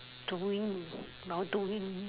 doing now doing